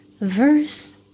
verse